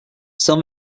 cent